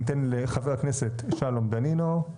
אני אתן לחבר הכנסת שלום דנינו,